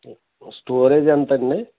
storage ఎంత అండి